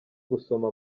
gusoma